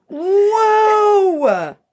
Whoa